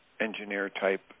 engineer-type